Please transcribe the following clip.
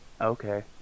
okay